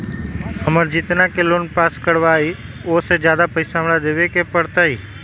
हम जितना के लोन पास कर बाबई ओ से ज्यादा पैसा हमरा देवे के पड़तई?